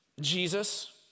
Jesus